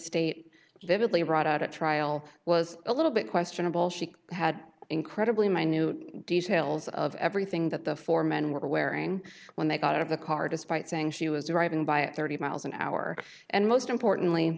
vividly brought out at trial was a little bit questionable she had incredibly minute details of everything that the four men were wearing when they got out of the car despite saying she was driving by at thirty miles an hour and most importantly